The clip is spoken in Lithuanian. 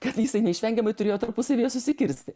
kad jisai neišvengiamai turėjo tarpusavyje susikirsti